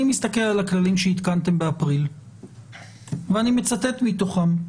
אני מסתכל על הכללים שהתקנת באפריל ואני מצטט מתוכם.